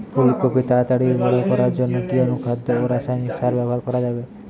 ফুল কপি তাড়াতাড়ি বড় করার জন্য কি অনুখাদ্য ও রাসায়নিক সার ব্যবহার করা যাবে?